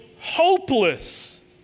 hopeless